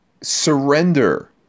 surrender